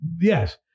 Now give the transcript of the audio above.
yes